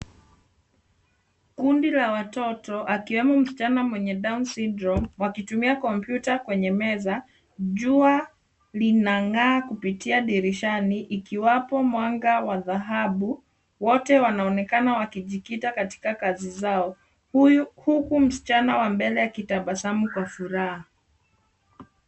Kundi la watoto akiwemo msichana mwenye Down Syndrome wakitumia kompyuta kwenye meza. Jua linangaa kupitia dirishani ikiwapo mwanga wa dhahabu wote wanaonekana wakijikita katika kazi zao huku msichana wa mbele wakitabasamu kwa furaha.